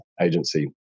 agency